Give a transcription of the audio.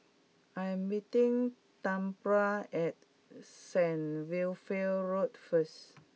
I am meeting Tambra at Saint Wilfred Road first